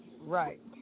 Right